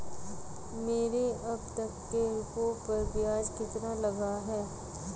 मेरे अब तक के रुपयों पर ब्याज कितना लगा है?